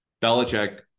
Belichick